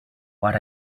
what